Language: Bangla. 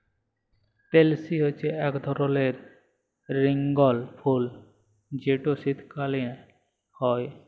পেলসি হছে ইক ধরলের রঙ্গিল ফুল যেট শীতকাল হ্যয়